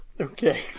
Okay